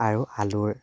আৰু আলুৰ